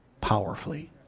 powerfully